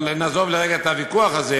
אבל נעזוב לרגע את הוויכוח הזה